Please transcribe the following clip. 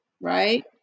right